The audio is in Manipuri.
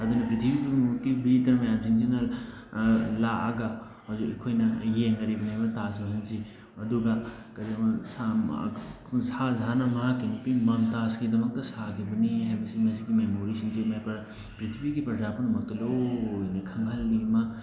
ꯑꯗꯨꯅ ꯄ꯭ꯔꯤꯊꯤꯕꯤ ꯄꯨꯝꯅꯃꯛꯀꯤ ꯚꯤꯖꯤꯇꯔ ꯃꯌꯥꯝꯁꯤꯡꯁꯤꯅ ꯂꯥꯛꯑꯒ ꯍꯧꯖꯤꯛ ꯑꯩꯈꯣꯏꯅ ꯌꯦꯡꯅꯔꯤꯕꯅꯦꯕ ꯇꯥꯖ ꯃꯍꯜꯁꯤ ꯑꯗꯨꯒ ꯀꯔꯤꯕ ꯁꯍꯥꯖꯍꯥꯟꯅ ꯃꯍꯥꯛꯀꯤ ꯅꯨꯄꯤ ꯃꯝꯇꯥꯖꯀꯤꯗꯃꯛꯇ ꯁꯥꯈꯤꯕꯅꯤ ꯍꯥꯏꯕꯁꯤ ꯃꯁꯤꯒꯤ ꯃꯦꯃꯣꯔꯤꯁꯤꯡꯁꯤ ꯄ꯭ꯔꯤꯊꯤꯕꯤꯒꯤ ꯄ꯭ꯔꯖꯥ ꯄꯨꯝꯅꯃꯛꯇꯨꯅ ꯂꯣꯏꯅ ꯈꯪꯈꯜꯂꯤ ꯃꯥ